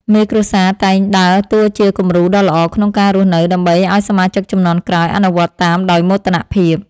មេគ្រួសារតែងដើរតួជាគំរូដ៏ល្អក្នុងការរស់នៅដើម្បីឱ្យសមាជិកជំនាន់ក្រោយអនុវត្តតាមដោយមោទនភាព។